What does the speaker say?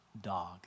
dog